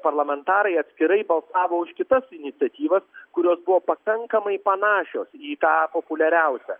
parlamentarai atskirai balsavo už kitas iniciatyvas kurios buvo pakankamai panašios į tą populiariausią